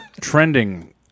trending